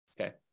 Okay